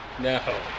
No